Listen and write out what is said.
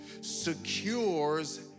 secures